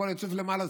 הכול יצוף למעלה.